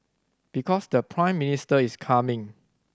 because the Prime Minister is coming